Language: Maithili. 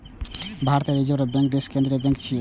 भारतीय रिजर्व बैंक देशक केंद्रीय बैंक छियै